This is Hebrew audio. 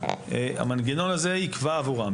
המנגנון הזה יקבע עבורם,